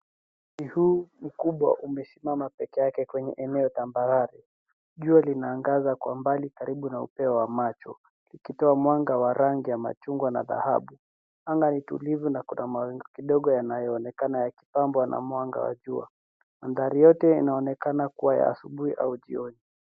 Mti huu mkubwa umesimama peke yake kwenye eneo tambarare. Jua linaangaza kwa mbali karibu na upeo wa macho ukitoa mwanga wa rangi ya machungwa na dhahabu. Anga ni tulivu na kuna mawingu kidogo yanayoonekana yakipambwa na mwanga wa jua. Mandhari yote inaonekana kuwa ya asubuhi au jioni.